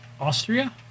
Austria